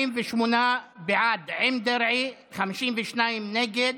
48 בעד, עם דרעי, 52 נגד,